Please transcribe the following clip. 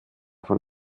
von